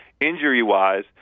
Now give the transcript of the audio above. injury-wise